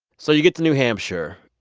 so you get to new hampshire.